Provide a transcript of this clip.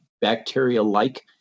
bacteria-like